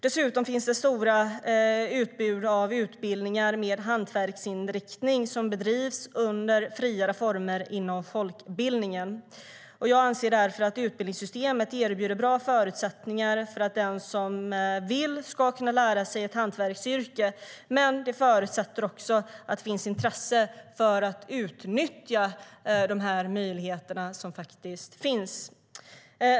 Dessutom finns det ett stort utbud av utbildningar med hantverksinriktning som bedrivs under friare former inom folkbildningen. Jag anser därför att utbildningssystemet erbjuder bra förutsättningar för att den som vill ska kunna lära sig ett hantverksyrke. Men det förutsätter också att det finns intresse för att utnyttja de möjligheter som finns.